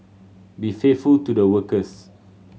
be faithful to the workers